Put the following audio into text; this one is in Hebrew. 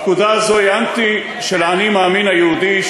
הפקודה הזאת היא אנטי של ה"אני מאמין" היהודי,